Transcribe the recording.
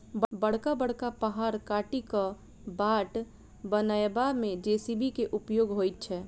बड़का बड़का पहाड़ काटि क बाट बनयबा मे जे.सी.बी के उपयोग होइत छै